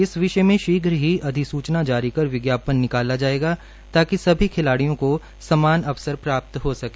इस विषय में शीघ्र ही अधिसूचना जारी कर विज्ञापन निकाला जायेंगा ताकि सभी खिलाडियों को समान अवसर प्राप्त हो सके